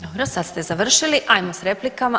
Dobro, sad ste završili hajmo sa replikama.